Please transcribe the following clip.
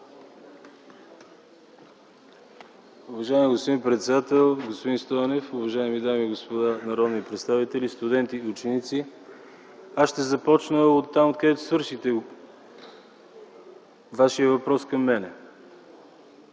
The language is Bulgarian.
Уважаеми господин председател, господин Стойнев, уважаеми дами и господа народни представители, студенти и ученици! Аз ще започна оттам, откъдето свършихте Вашия въпрос към мен.